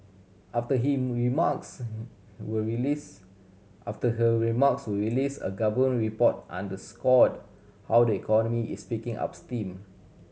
after he remarks were release after her remarks were release a government report underscored how the economy is picking up steam